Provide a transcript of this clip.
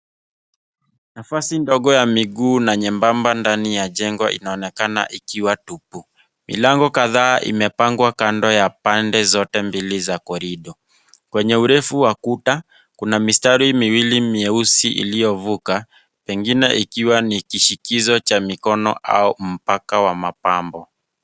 Nafasi ndogo ya miguu na nyembamba ndani ya jengo inaonekana ikiwa tupu. Milango kadhaa imepangwa kando ya sehemu zote mbili za korido. Kwenye urefu wa kuta, kuna mistari miwili mirefu iliyovuka pengine ikiwa ni kishikizo wa mikono au mpaka wa mapambo.